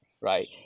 right